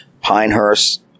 Pinehurst